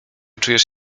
czujesz